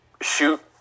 shoot